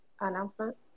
announcement